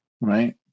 right